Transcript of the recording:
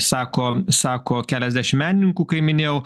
sako sako keliasdešimt menininkų kaip minėjau